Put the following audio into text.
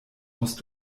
musst